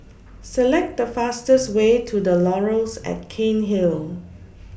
Select The fastest Way to The Laurels At Cairnhill